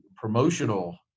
promotional